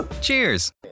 Cheers